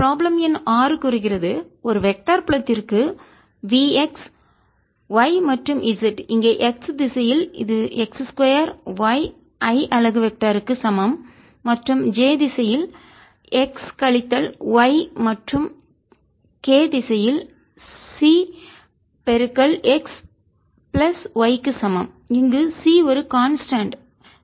problem எண் 6 கூறுகிறது ஒரு வெக்டர் புலத்திற்கு V x y மற்றும் z இங்கே x திசையில் இது x 2 yi அலகு வெக்டர் க்கு சமம் மற்றும் j திசையில் x கழித்தல் y மற்றும் k திசையில் c x பிளஸ் yக்கு சமம் இங்கு c ஒரு கான்ஸ்டன்ட் மாறிலி